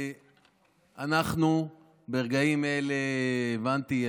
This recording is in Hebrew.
ברגעים אלה הבנתי,